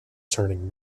turning